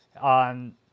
on